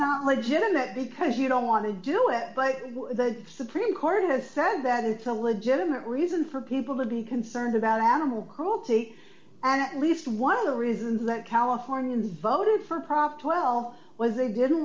not legitimate because you don't want to do it but the supreme court has said that it's a legitimate reason for people to be concerned about animal cruelty and at least one of the reasons that californians voted for prop twelve was they didn't